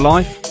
Life